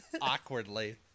Awkwardly